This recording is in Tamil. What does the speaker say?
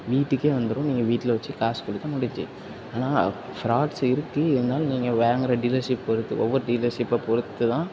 வீட்டுக்கே வந்துரும் நீங்கள் வீட்டில் வச்சி காசு கொடுத்தா முடிஞ்ச்சு ஆனால் ஃப்ராட்ஸ் இருக்கு இருந்தாலும் நீங்கள் வாங்குற டீலர்ஷிப் பொறுத்து ஒவ்வொரு டீலர்ஷிப்பை பொறுத்து தான்